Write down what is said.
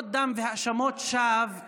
לא עשית את זה.